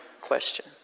question